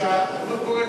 שם?